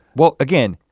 well, again,